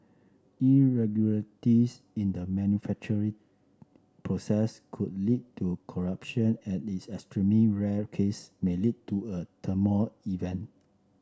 irregularities in the manufacturing process could lead to corruption and least extreme rare case may lead to a thermal event